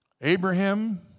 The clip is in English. Abraham